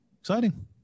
exciting